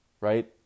Right